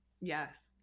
Yes